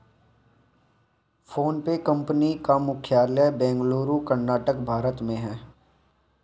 PhonePe company का मुख्यालय बेंगलुरु कर्नाटक भारत में है